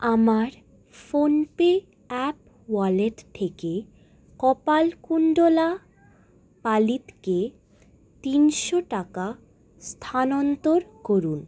আমার PhonePe app wallet থেকে কপালকুণ্ডলা পালিতকে তিনশো টাকা স্থানন্তর করুন